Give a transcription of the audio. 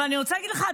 אבל אני רוצה להגיד לך,